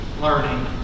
learning